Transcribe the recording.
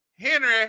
Henry